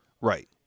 Right